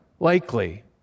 likely